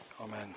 Amen